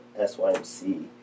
SYMC